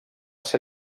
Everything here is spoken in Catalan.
ser